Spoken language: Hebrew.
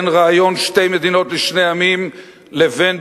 בין רעיון שתי מדינות לשני עמים לבין